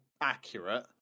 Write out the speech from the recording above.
accurate